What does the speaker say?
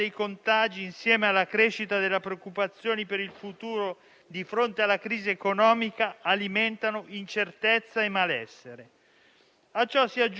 Di fronte a questa situazione grave ognuno di noi, prima di tutto la politica, ha la responsabilità di intervenire con fermezza,